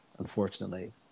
unfortunately